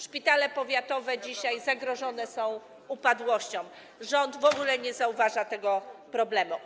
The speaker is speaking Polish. Szpitale powiatowe dzisiaj zagrożone są upadłością, rząd w ogóle nie zauważa tego problemu.